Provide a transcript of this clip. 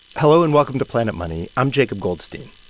hello, and welcome to planet money. i'm jacob goldstein.